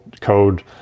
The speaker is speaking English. code